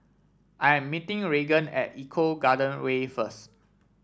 I am meeting Regan at Eco Garden Way first